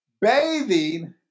bathing